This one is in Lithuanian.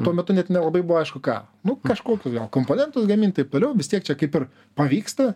tuo metu net nelabai buvo aišku ką nu kažkokius gal komponentus gamint taip toliau vis tiek čia kaip ir pavyksta